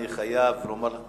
אני חייב לומר,